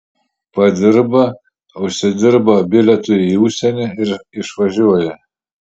padirba užsidirba bilietui į užsienį ir išvažiuoja